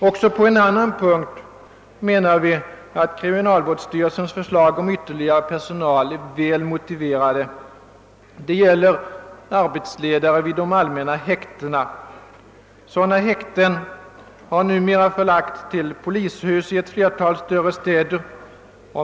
Också på en annan punkt anser vi att kriminalvårdsstyrelsens förslag om ytterligare personal är välmotiverat. Det gäller förslaget om arbetsledare vid de allmänna häktena. Sådana häkten har numera förlagts till polishusen i ett flertal större städer.